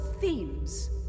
themes